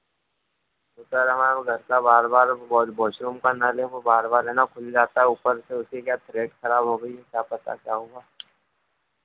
तो सर हमारे वो घर का बार बार वॉशरूम का नल है वो बार बार है ना खुल जाता है ऊपर से उसकी क्या थ्रेड खराब हो गई है क्या पता क्या हुआ